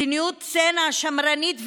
מדיניות צנע שמרנית וניאו-ליברלית,